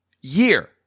year